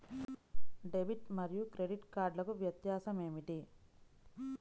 Debit మరియు credit కార్డ్లకు వ్యత్యాసమేమిటీ?